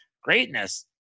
greatness